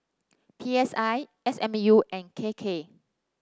P S I S M U and K K